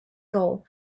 goal